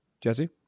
Jesse